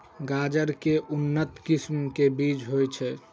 गाजर केँ के उन्नत किसिम केँ बीज होइ छैय?